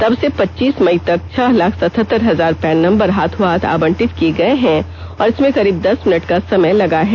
तब से पच्चीस मई तक छह लाख सतहत्तर हजार पैन नम्बर हाथोंहाथ आवंटित किए गए हैं और इसमें करीब दस मिनट का समय लगा है